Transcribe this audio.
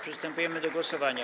Przystępujemy do głosowania.